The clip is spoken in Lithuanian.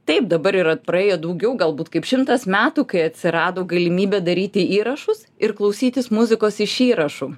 taip dabar yra praėjo daugiau galbūt kaip šimtas metų kai atsirado galimybė daryti įrašus ir klausytis muzikos iš įrašų